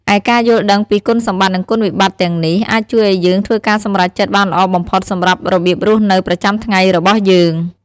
ឯការយល់ដឹងពីគុណសម្បត្តិ និងគុណវិបត្តិទាំងនេះ អាចជួយឱ្យយើងធ្វើការសម្រេចចិត្តបានល្អបំផុតសម្រាប់របៀបរស់នៅប្រចាំថ្ងៃរបស់យើង។